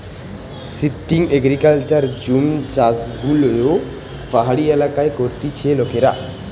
shifting agriculture jhum চাষযেগুলো পাহাড়ি এলাকায় করতিছে লোকেরা